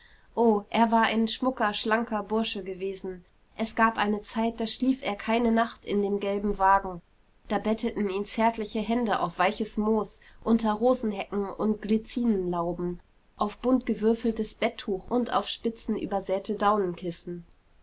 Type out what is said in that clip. o er war ein schmucker schlanker bursche gewesen es gab eine zeit da schlief er teine nacht in dem gelben wagen da betteten ihn zärtliche hände auf weiches moos unter rosenhecken und glyzinenlauben auf buntgewürfeltes bettuch und auf spitzenübersäte daunenkissen